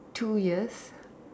two ears